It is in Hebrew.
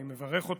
אני מברך אותו,